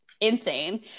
insane